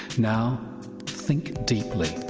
now think deeply.